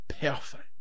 perfect